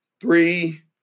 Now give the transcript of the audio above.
Three